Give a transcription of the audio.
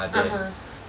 (uh huh)